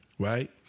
Right